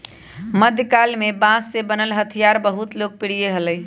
मध्यकाल में बांस से बनल हथियार बहुत लोकप्रिय हलय